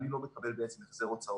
אני לא מקבל בעצם החזר הוצאות.